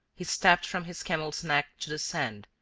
he stepped from his camel's neck to the sand,